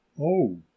Oh